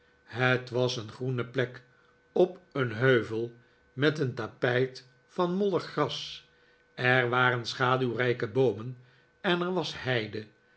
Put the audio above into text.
het was een groene plek op een heuvel met een tapijt van mollig gras er waren schaduwrijke boomen en er was heide